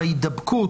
ב-CDC.